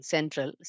Central